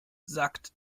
sagt